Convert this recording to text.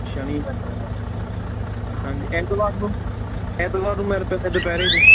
ਸ਼ਨੀ ਐਤਵਾਰ ਹਾਂਜੀ ਐਤਵਾਰ ਨੂੰ ਐਤਵਾਰ ਨੂੰ ਮਿਲ ਪੈਂਦੇ ਦੁਪਹਿਰੇ ਜੀ